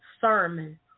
sermon